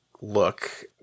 look